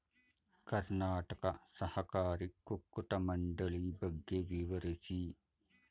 ಕರ್ನಾಟಕ ಸಹಕಾರಿ ಕುಕ್ಕಟ ಮಂಡಳಿ ಬಗ್ಗೆ ವಿವರಿಸಿ?